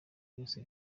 yose